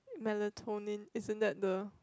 melatonin isn't that the